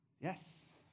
Yes